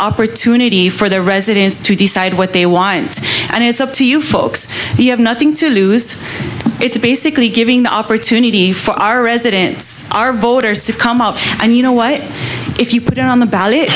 opportunity for the residents to decide what they want and it's up to you folks you have nothing to lose it's basically giving the opportunity for our residents our voters to come out and you know what if you put it on the ballot